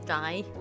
die